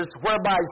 whereby